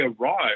arrived